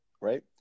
right